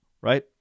right